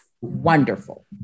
wonderful